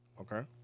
Okay